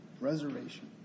reservation